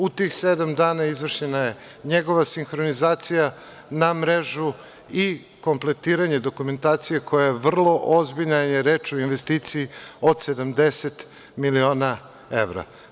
U tih sedam dana je izvršena njegova sinhronizacija na mrežu i kompletiranje dokumentacije koja je vrlo ozbiljna, jer je reč o investiciji od 70 miliona evra.